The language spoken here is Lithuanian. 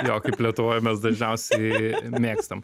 jo kaip lietuvoj mes dažniausiai mėgstam